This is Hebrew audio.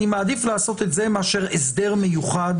אני מעדיף לעשות את זה מאשר הסדר מיוחד.